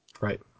right